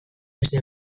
beste